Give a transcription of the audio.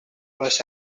was